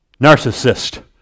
narcissist